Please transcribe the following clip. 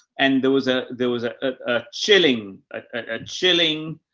and there was a, there was a, ah, chilling, ah chilling,